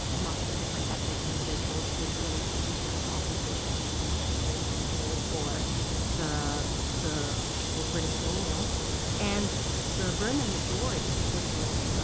amongst the different ethnic individuals, which really weakened the opposition and consolidated control for the the but british colonials and the burman majority, which was